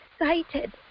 excited